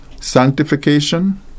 sanctification